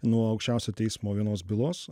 nuo aukščiausio teismo vienos bylos